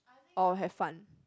or have fun